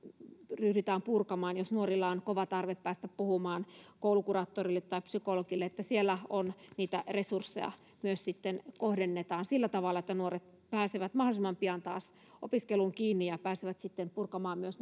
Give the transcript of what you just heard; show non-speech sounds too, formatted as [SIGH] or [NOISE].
ryhdytään purkamaan jos nuorilla on kova tarve päästä puhumaan koulukuraattorille tai psykologille on tärkeää että siellä niitä resursseja myös kohdennetaan sillä tavalla että nuoret pääsevät mahdollisimman pian taas opiskeluun kiinni ja pääsevät sitten myös [UNINTELLIGIBLE]